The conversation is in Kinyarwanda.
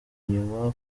inyuma